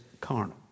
Carnal